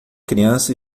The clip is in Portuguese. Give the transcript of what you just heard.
criança